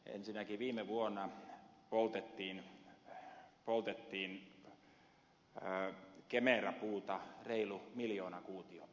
ensinnäkin viime vuonna poltettiin kemera puuta reilut miljoona kuutiota